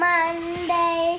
Monday